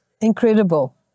Incredible